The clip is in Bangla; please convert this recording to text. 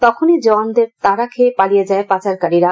তখনই জওয়ানদের তাড়া খেয়ে পালিয়ে যায় পাচারকারীরা